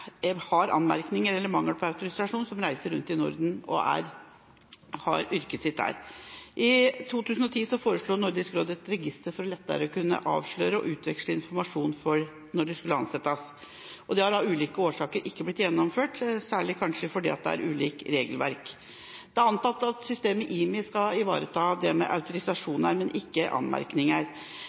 har anmerkninger eller mangel på autorisasjon, som reiser rundt i Norden og har yrket sitt der. I 2010 foreslo Nordisk råd å opprette et register for lettere å kunne avsløre og utveksle informasjon når de skulle ansettes. Det har av ulike årsaker ikke blitt gjennomført, kanskje særlig fordi det er ulikt regelverk. Det er antatt at systemet IMI skal ivareta autorisasjoner, men ikke anmerkninger.